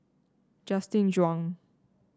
Justin Zhuang